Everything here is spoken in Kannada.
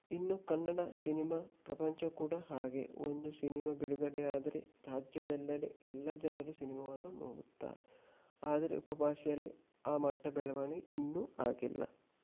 ಇನ್ನು ಕನ್ನಡ ಸಿನಿಮಾ ಪ್ರಪಂಚ ಕೂಡ ಹಾಗೆ ಒಂದು ಸಿನಿಮಾ ಬಿಡುಗಡೆಯಾದರೆ ರಾಜ್ಯದೆಲ್ಲೆಡೆ ಎಲ್ಲ ಜನರು ಸಿನಿಮಾವನ್ನು ನೋಡುತ್ತಾರೆ ಆದರೆ ಉಪಭಾಷೆಯಲ್ಲಿ ಆ ಮಟ್ಟ ಬೆಳವಣಿಗೆ ಇನ್ನೂ ಆಗಿಲ್ಲ